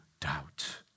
doubt